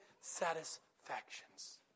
satisfactions